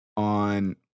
On